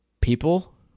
people